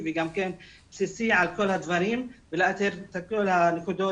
ובסיסי על כל הדברים ולאתר את כל הנקודות